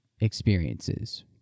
experiences